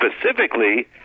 specifically